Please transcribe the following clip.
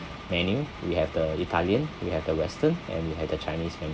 menu we have the italian we have the western and we have the chinese menu